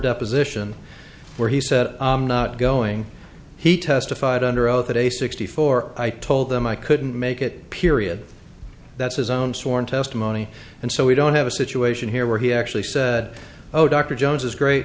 deposition where he said not going he testified under oath at a sixty four i told them i couldn't make it period that's his own sworn testimony and so we don't have a situation here where he actually said oh dr jones is great